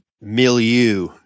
milieu